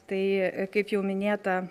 tai kaip jau minėta